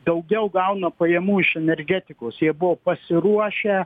daugiau gauna pajamų iš energetikos jie buvo pasiruošę